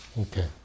Okay